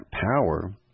power